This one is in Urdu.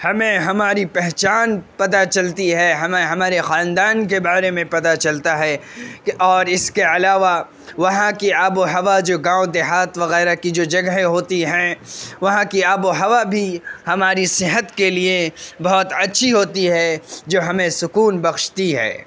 ہمیں ہماری پہچان پتا چلتی ہے ہمیں ہمارے خاندان کے بارے میں پتا چلتا ہے اور اس کے علاوہ وہاں کی آب و ہوا جو گاؤں دیہات وغیرہ کی جو جگہیں ہوتی ہیں وہاں کی آب و ہوا بھی ہماری صحت کے لیے بہت اچھی ہوتی ہے جو ہمیں سکون بخشتی ہے